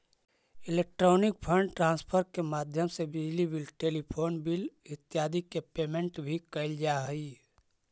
electronic fund transfer के माध्यम से बिजली बिल टेलीफोन बिल इत्यादि के पेमेंट भी कैल जा हइ